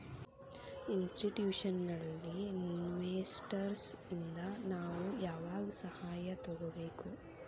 Institutional investors ಇಂದಾ ನಾವು ಯಾವಾಗ್ ಸಹಾಯಾ ತಗೊಬೇಕು?